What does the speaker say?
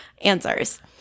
answers